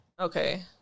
Okay